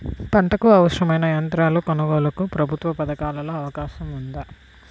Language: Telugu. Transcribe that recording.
పంటకు అవసరమైన యంత్రాల కొనగోలుకు ప్రభుత్వ పథకాలలో అవకాశం ఉందా?